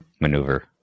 maneuver